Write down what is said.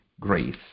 grace